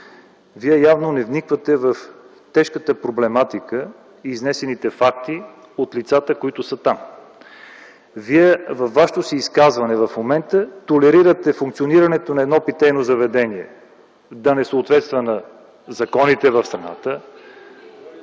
Вие явно не вниквате в тежката проблематика и изнесените факти от лицата, които са там. Във Вашето изказване в момента толерирате функционирането на едно питейно заведение да не съответства на законите в страната.